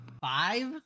five